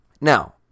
Now